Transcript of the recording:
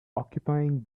occupying